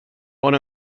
har